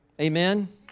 Amen